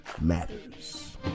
matters